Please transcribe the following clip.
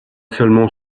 seulement